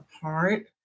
apart